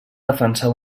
defensar